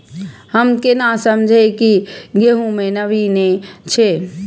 हम केना समझये की गेहूं में नमी ने छे?